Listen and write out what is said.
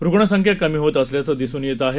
रुग्णसंख्या कमी होत असल्याचे दिसून येत आहे